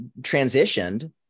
transitioned